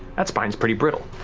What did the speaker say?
that spine's pretty brittle.